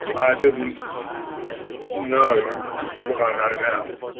didn't know what i know now.